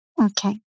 Okay